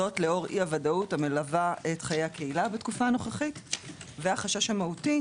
זאת לאור אי הוודאות המלווה את חיי הקהילה בתקופה הנוכחית והחשש המהותי,